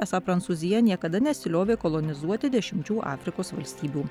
esą prancūzija niekada nesiliovė kolonizuoti dešimčių afrikos valstybių